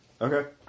Okay